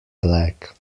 black